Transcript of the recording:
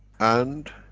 and